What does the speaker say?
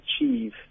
achieve